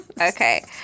Okay